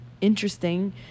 interesting